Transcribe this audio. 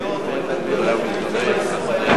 בבקשה.